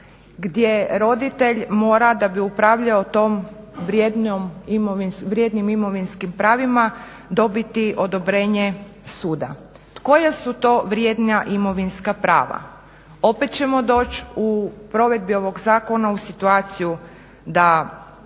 gdje roditelj mora da bi upravljao tim vrjednijim imovinskim pravima dobiti odobrenje suda. Koja su to vrjednija imovinska prava? Opet ćemo doći u provedbi ovog zakona u situaciji da